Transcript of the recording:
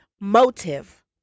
motive